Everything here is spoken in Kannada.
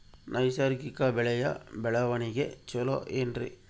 ನೈಸರ್ಗಿಕ ಬೆಳೆಯ ಬೆಳವಣಿಗೆ ಚೊಲೊ ಏನ್ರಿ?